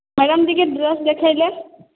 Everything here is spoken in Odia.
ମ୍ୟାଡ଼ାମ ଟିକେ ଡ୍ରେସ୍ ଦେଖାଇଲେ